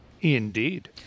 Indeed